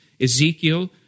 Ezekiel